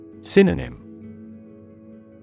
Synonym